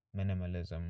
minimalism